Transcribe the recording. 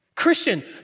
Christian